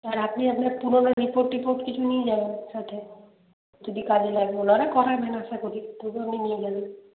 আর আপনি আপনার পুরনো রিপোর্ট টিপোর্ট কিছু নিয়ে যাবেন সাথে যদি কাজে লাগে ওনারা করাবেন আশা করি তবু আপনি নিয়ে যাবেন